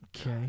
Okay